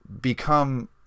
become